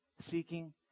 Seeking